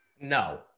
No